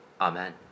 Amen